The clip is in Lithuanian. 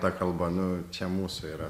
ta kalba nu čia mūsų yra